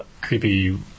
creepy